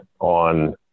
on